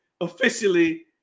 officially